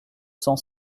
cent